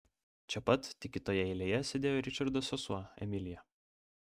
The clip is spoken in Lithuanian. čia pat tik kitoje eilėje sėdėjo ričardo sesuo emilija